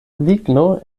ligno